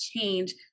change